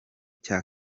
cya